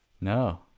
No